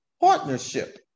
partnership